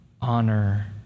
honor